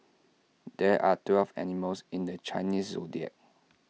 there are twelve animals in the Chinese Zodiac